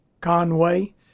Conway